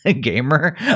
gamer